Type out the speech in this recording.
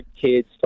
kids